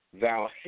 Thou